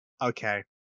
okay